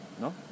no